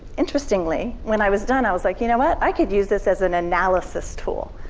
interestingly, when i was done, i was like, you know what? i could use this as an analysis tool.